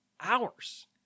hours